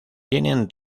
tienen